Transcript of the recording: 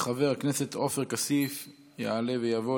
חבר הכנסת עופר כסיף יעלה ויבוא.